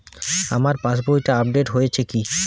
আমার পাশবইটা আপডেট হয়েছে কি?